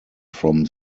from